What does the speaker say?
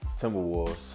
Timberwolves